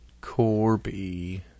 Corby